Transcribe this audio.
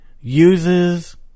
Uses